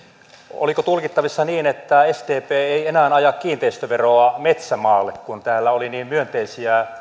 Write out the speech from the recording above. oliko tulkittavissa niin että sdp ei enää aja kiinteistöveroa metsämaalle kun täällä oli niin myönteisiä